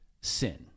sin